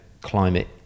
climate